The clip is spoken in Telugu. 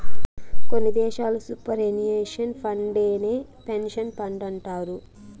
కొన్ని దేశాల్లో సూపర్ ఎన్యుషన్ ఫండేనే పెన్సన్ ఫండంటారు